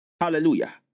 hallelujah